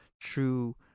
true